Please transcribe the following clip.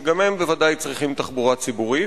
גם הם בוודאי צריכים תחבורה ציבורית.